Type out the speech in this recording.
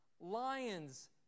lions